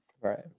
Right